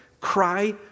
cry